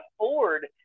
afford